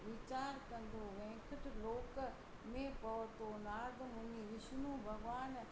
वीचारु कंदो वैंकुट लोक में पहुतो नारद मुनी विष्नु भॻिवान